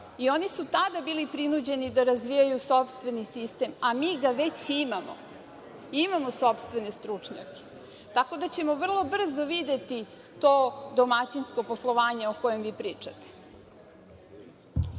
Oni su tada bili prinuđeni da razvijaju sopstveni sistem, a mi ga već imamo. Imamo sopstvene stručnjake. Tako da ćemo vrlo brzo videti to domaćinsko poslovanje o kojem vi pričate. Kad